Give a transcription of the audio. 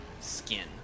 Skin